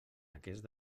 aquest